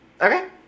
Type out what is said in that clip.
Okay